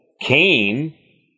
Cain